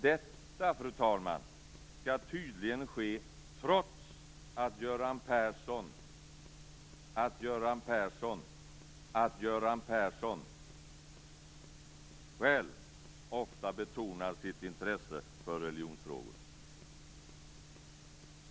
Detta, fru talman, skall tydligen ske trots att Göran Persson själv ofta betonar sitt intresse för religionsfrågor.